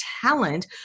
talent